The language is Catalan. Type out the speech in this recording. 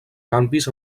canvis